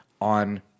on